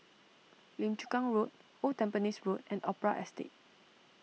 Lim Chu Kang Road Old Tampines Road and Opera Estate